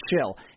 chill